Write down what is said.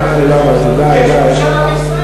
איזה מין אמירה זאת?